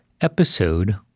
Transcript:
episode